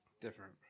Different